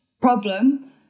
problem